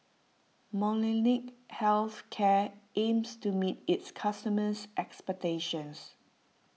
Molnylcke Health Care aims to meet its customers' expectations